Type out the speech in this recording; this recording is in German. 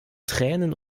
tränen